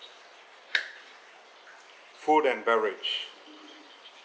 food and beverage